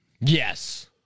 Yes